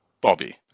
Bobby